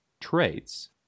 traits